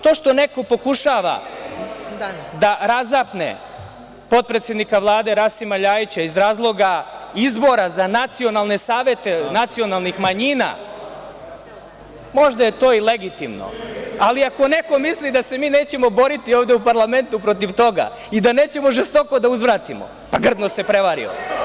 To što neko pokušava da razapne potpredsednika Vlade Rasima LJajića iz razloga izbora za nacionalne savete nacionalnih manjina, možda je to i legitimno, ali neko misli da se mi nećemo boriti ovde u parlamentu protiv toga i da nećemo žestoko da uzvratimo, pa grdno se prevario.